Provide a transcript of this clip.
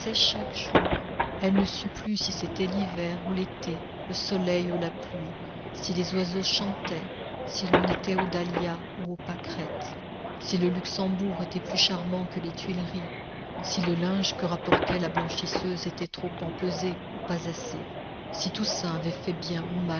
chaque jour elle ne sut plus si c'était l'hiver ou l'été le soleil ou la pluie si les oiseaux chantaient si l'on était aux dahlias ou aux pâquerettes si le luxembourg était plus charmant que les tuileries si le linge que rapportait la blanchisseuse était trop empesé ou pas assez si toussaint avait fait bien